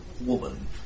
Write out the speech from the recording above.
woman